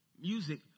music